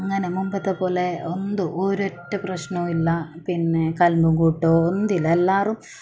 അങ്ങനെ മുൻപത്തേപ്പോലെ ഒന്തു ഒരൊറ്റ പ്രശ്നം ഇല്ല പിന്നെ കലമ്പും കൂട്ടവും ഒന്നും ഇല്ല എല്ലാവരും